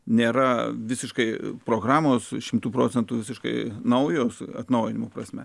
nėra visiškai programos šimtu procentų visiškai naujos atnaujinimo prasme